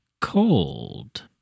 cold